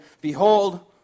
behold